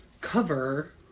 cover